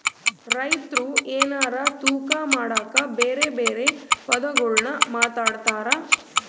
ರೈತ್ರು ಎನಾರ ತೂಕ ಮಾಡಕ ಬೆರೆ ಬೆರೆ ಪದಗುಳ್ನ ಮಾತಾಡ್ತಾರಾ